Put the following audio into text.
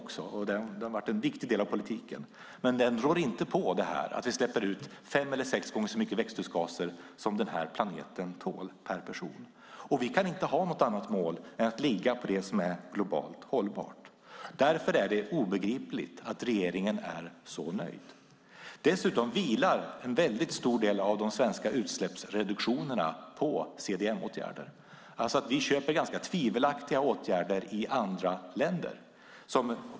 Den har varit en viktig del av politiken, men den rår inte på detta att vi släpper ut fem eller sex gånger så mycket växthusgaser per person som den här planeten tål. Vi kan inte ha något annat mål än att ligga på det som är globalt hållbart. Därför är det obegripligt att regeringen är så nöjd. Dessutom vilar en väldigt stor del av de svenska utsläppsreduktionerna på CDM-åtgärder. Vi köper ganska tvivelaktiga åtgärder i andra länder.